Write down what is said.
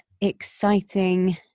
exciting